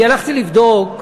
אני הלכתי לבדוק.